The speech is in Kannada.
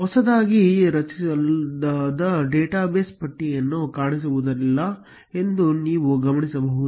ಹೊಸದಾಗಿ ರಚಿಸಲಾದ ಡೇಟಾಬೇಸ್ ಪಟ್ಟಿಯಲ್ಲಿ ಕಾಣಿಸುವುದಿಲ್ಲ ಎಂದು ನೀವು ಗಮನಿಸಬಹುದು